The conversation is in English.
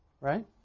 Right